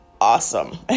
awesome